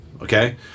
okay